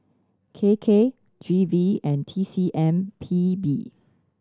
K K G V and T C M P B